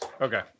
Okay